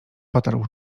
potarł